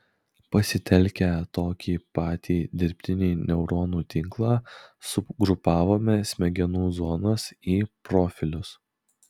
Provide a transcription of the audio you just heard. pasitelkę tokį patį dirbtinį neuronų tinklą sugrupavome smegenų zonas į profilius